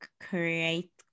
create